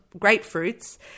grapefruits